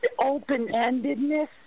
open-endedness